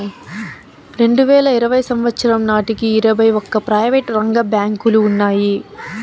రెండువేల ఇరవై సంవచ్చరం నాటికి ఇరవై ఒక్క ప్రైవేటు రంగ బ్యాంకులు ఉన్నాయి